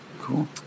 cool